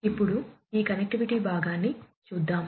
ఇప్పుడు ఈ కనెక్టివిటీ భాగాన్ని చూదాం